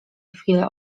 chwilę